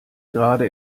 gerade